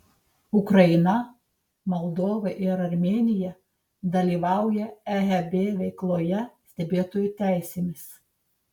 ukraina moldova ir armėnija dalyvauja eeb veikloje stebėtojų teisėmis